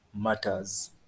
matters